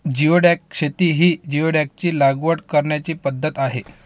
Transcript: geoduck शेती ही जिओडॅकची लागवड करण्याची पद्धत आहे